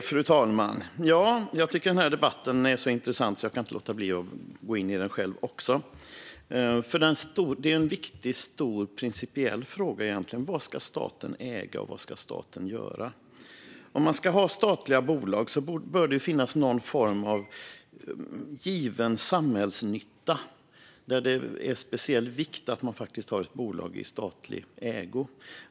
Fru talman! Jag tycker att den här debatten är så intressant att jag inte kan låta bli att delta i den. Det är egentligen en viktig, stor och principiell fråga: Vad ska staten äga och göra? Om man ska ha statliga bolag bör det finnas någon form av given samhällsnytta, där det är av speciell vikt att man har ett bolag i statlig ägo.